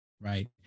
right